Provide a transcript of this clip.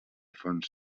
fons